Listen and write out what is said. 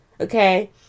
okay